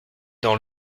dans